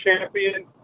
champion